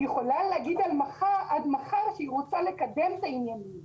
יכולה להגיד עד מחר שהיא רוצה לקדם את העניינים